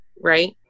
Right